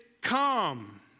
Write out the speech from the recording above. come